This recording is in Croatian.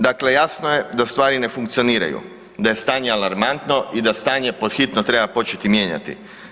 Dakle, jasno je da stvari ne funkcioniraju, da je stanje alarmantno i da stanje pod hitno treba početi mijenjati.